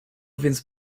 więc